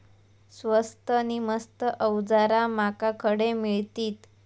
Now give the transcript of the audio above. स्वस्त नी मस्त अवजारा माका खडे मिळतीत?